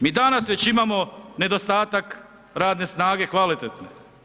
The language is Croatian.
Mi danas već imamo nedostatak radne snage kvalitetne.